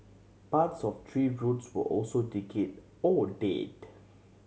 parts of tree's roots were also decayed or dead